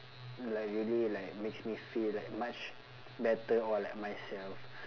like really like makes me feel like much better or like myself